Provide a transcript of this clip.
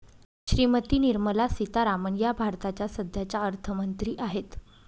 श्रीमती निर्मला सीतारामन या भारताच्या सध्याच्या अर्थमंत्री आहेत